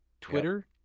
Twitter